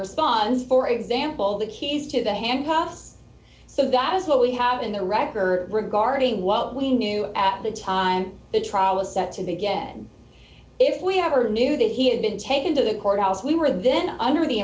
response for example the keys to the handcuffs so that is what we have in the rocker regarding what we knew at the time the trial was set to be again if we have or knew that he had been taken to the courthouse we were then under the